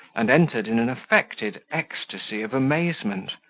and entered in an affected ecstasy of amazement.